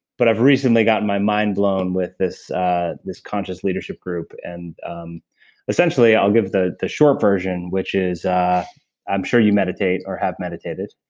but i've recently gotten my mind blown with this ah this conscious leadership group. and um essentially, i'll give the the short version, which is i'm sure you meditate or have meditated.